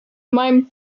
même